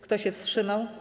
Kto się wstrzymał?